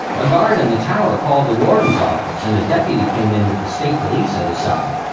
a guard in the tower called the warden's office and a deputy came in with the state police at his side.